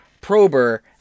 prober